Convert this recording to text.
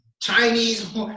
Chinese